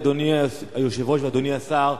אדוני היושב-ראש ואדוני השר,